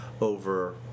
over